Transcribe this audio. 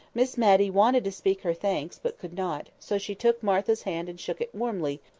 miss matty wanted to speak her thanks, but could not so she took martha's hand and shook it warmly,